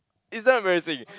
it's damn embarassing